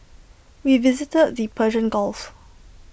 we visited the Persian gulf